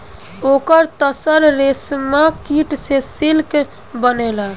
ओकर तसर रेशमकीट से सिल्क बनेला